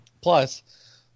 Plus